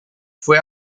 fue